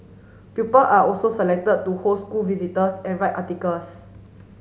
pupil are also selected to host school visitors and write articles